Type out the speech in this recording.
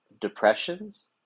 depressions